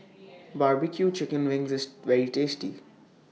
Barbecue Chicken Wings IS very tasty